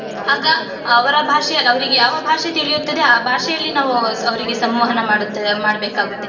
ಆಗ ಅವರ ಭಾಷೆಯಲ್ಲಿ ಅವರಿಗೆ ಯಾವ ಭಾಷೆ ತಿಳಿಯುತ್ತದೆ ಆ ಭಾಷೆಯಲ್ಲಿ ನಾವು ಅವರಿಗೆ ಸಂವಹನ ಮಾಡುತ್ತೆ ಮಾಡ್ಬೇಕಾಗುತ್ತೆ